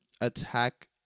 attack